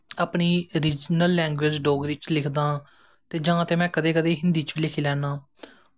अपनी regional language Dogri च लिखदा आं ते जां ते में कदैं कदैं हिन्दी बिच्च बी लिखी लैन्ना